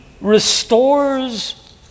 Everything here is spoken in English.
restores